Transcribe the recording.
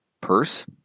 purse